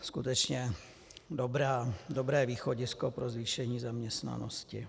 Skutečně dobré východisko pro zvýšení zaměstnanosti.